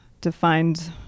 defined